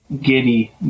giddy